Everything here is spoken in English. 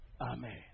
Amen